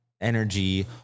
energy